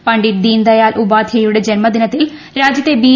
പണ്ഡിറ്റ് ദീൻ ദയാൽ ഉപാധ്യായയുടെ ജന്മദിനത്തിൽ രാജ്യത്തെ ബി